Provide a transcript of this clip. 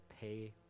pay